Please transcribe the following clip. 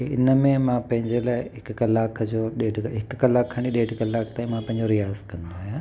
इन में मां पंहिंजे लाइ हिकु कलाक जो ॾेढ कला हिकु कलाक खां खणी ॾेढ कलाकु ताईं मां पंहिंजो रियाज़ कंदो आहियां